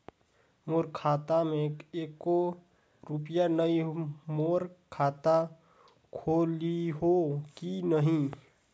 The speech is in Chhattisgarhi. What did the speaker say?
मोर खाता मे एको रुपिया नइ, मोर खाता खोलिहो की नहीं?